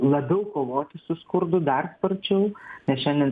labiau kovoti su skurdu dar sparčiau nes šiandien